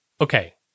Okay